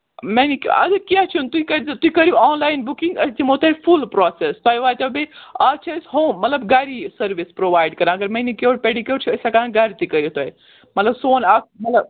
manicure ادٕ کیٚنٛہہ چھُنہٕ تُہۍ کٔرۍ زیو تُہۍ کٔرِو آنلایَن بُکِنٛگ أسۍ دِمو تُہۍ فُل پراسٮ۪س تۄہہِ واتیو بیٚیہِ آز چھِ أسۍ ہوم مطلب گری سٔروِس پرٛووایڈ کَران مٮ۪نِکیور پٮ۪ڈِکیور چھِ أسۍ ہٮ۪کان گَرِ تہِ کٔرِ تۄہہِ مطلب سون اکھ مطلب